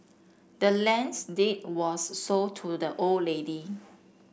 the land's deed was sold to the old lady